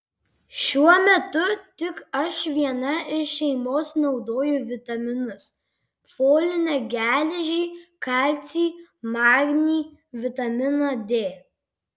šiuo metu tik aš viena iš šeimos naudoju vitaminus folinę geležį kalcį magnį vitaminą d